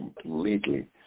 completely